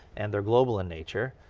and they're global in nature.